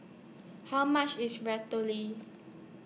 How much IS